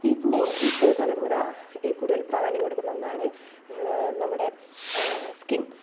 പിന്നെ ഇപ്പോഴത്തെ തലമുറ കൂടുതൽ പ്രാധാന്യം കൊടുക്കുന്ന ഒന്നാണ് നമ്മുടെ സ്കിൻ